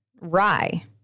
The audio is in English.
rye